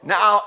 Now